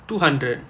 two hundred